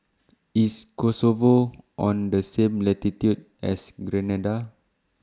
IS Kosovo on The same latitude as Grenada